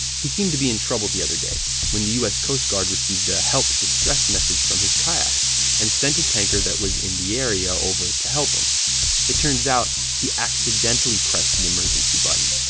he seemed to be in trouble the other day when the us coast guard received a help distress message from his kayak and sent a tanker that was in the area over to help. um it turns out he accidentally pressed the emergency button,